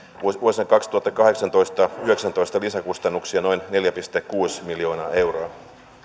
vuosina kaksituhattakahdeksantoista viiva kaksituhattayhdeksäntoista lisäkustannuksia arvion mukaan noin neljä pilkku kuusi miljoonaa euroa